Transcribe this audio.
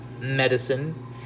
medicine